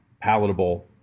palatable